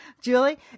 Julie